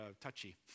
touchy